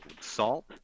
salt